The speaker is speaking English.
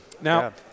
Now